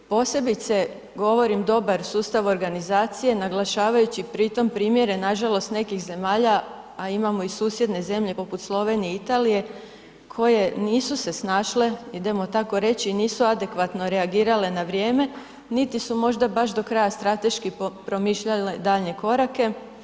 Posebice govorim dobar sustav organizacije naglašavajući pri tom primjere nažalost nekih zemalja, a imamo i susjedne zemlje poput Slovenije i Italije koje nisu se snašle, idemo tako reći, nisu adekvatno reagirale na vrijeme, niti su možda baš do kraja strateški promišljale daljnje korake.